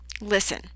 listen